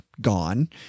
gone